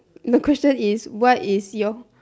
the question is what is your